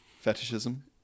fetishism